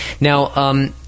Now –